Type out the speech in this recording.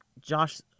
Josh